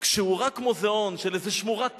כשהוא רק מוזיאון של איזו שמורת טבע,